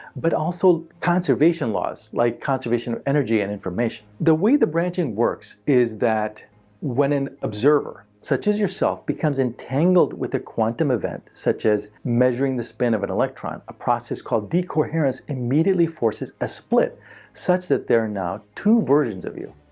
but also basic conservation laws like conservation of energy and information. the way the branching works is that when an observer, such as yourself, becomes entangled with a quantum event such as measuring the spin of an electron, a process called decoherence immediately forces a split such that there are now two versions of you.